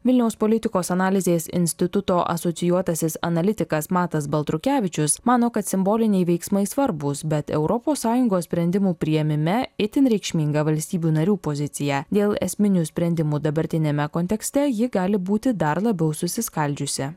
vilniaus politikos analizės instituto asocijuotasis analitikas matas baltrukevičius mano kad simboliniai veiksmai svarbūs bet europos sąjungos sprendimų priėmime itin reikšminga valstybių narių pozicija dėl esminių sprendimų dabartiniame kontekste ji gali būti dar labiau susiskaldžiusi